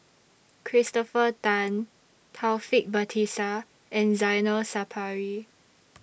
Christopher Tan Taufik Batisah and Zainal Sapari